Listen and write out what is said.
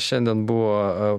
šiandien buvo a